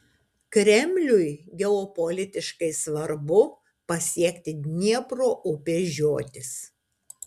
kremliui geopolitiškai svarbu pasiekti dniepro upės žiotis